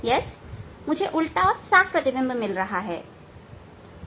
हां मुझे उल्टे और साफ प्रतिबिंब मिल रहे हैं